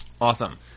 Awesome